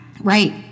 Right